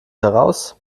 heraus